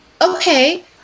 okay